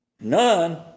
None